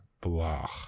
blah